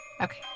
Okay